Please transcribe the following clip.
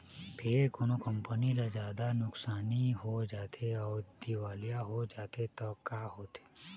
फेर कोनो कंपनी ल जादा नुकसानी हो जाथे अउ दिवालिया हो जाथे त का होथे?